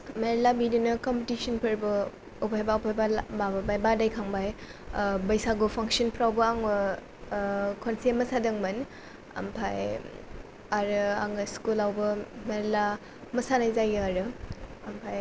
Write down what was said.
मेरला बिदिनो कमपितिसनफोरबो अबेहायबा अबेहायबा माबाबाय बादायखांबाय बैसागु फांसनफ्रावबो आङो खनसे मोसादोंमोन ओमफाय आरो आङो स्कुलावबो मेरला मोसानाय जायो आरो ओमफाय